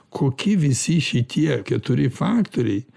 koki visi šitie keturi faktoriai